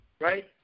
right